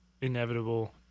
Inevitable